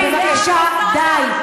בבקשה, די.